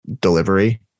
delivery